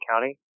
County